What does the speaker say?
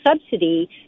subsidy